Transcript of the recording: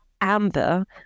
amber